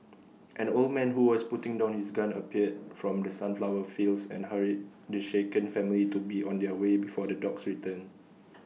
an old man who was putting down his gun appeared from the sunflower fields and hurried the shaken family to be on their way before the dogs return